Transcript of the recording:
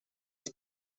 فعل